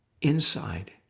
inside